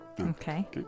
Okay